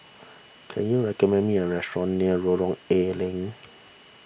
can you recommend me a restaurant near Lorong A Leng